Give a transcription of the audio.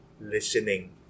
listening